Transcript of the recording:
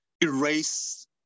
erase